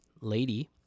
lady